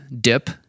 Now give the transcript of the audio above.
dip